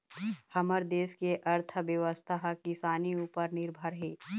हमर देस के अर्थबेवस्था ह किसानी उपर निरभर हे